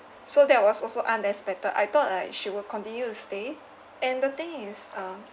so that was also unexpected I thought like she will continue to stay and the thing is um